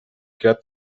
got